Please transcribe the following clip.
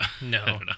No